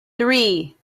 three